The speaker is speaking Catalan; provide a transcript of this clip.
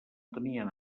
tenien